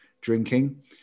drinking